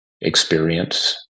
experience